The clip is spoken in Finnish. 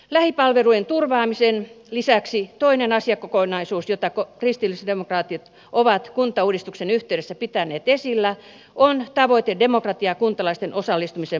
lähipalveluiden turvaamisen lisäksi toinen asiakokonaisuus jota kristillisdemokraatit ovat kuntauudistuksen yhteydessä pitäneet esillä on tavoite demokratian ja kuntalaisten osallistumisen vahvistamisesta